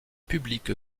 publique